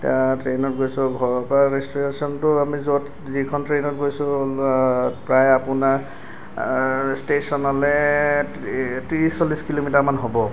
তাৰ ট্ৰেইনত গৈছো ঘৰৰ পৰা ডেষ্টিনেশ্যনটো আমি য'ত যিখন ট্ৰেইনত গৈছো প্ৰায় আপোনাৰ ষ্টেচনলৈ এ ত্ৰিছ চল্লিছ কিলোমিটাৰ মান হ'ব